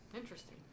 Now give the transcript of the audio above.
Interesting